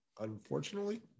unfortunately